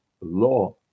law